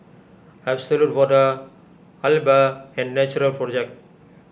Absolut Vodka Alba and Natural Project